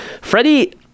Freddie